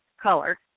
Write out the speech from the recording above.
color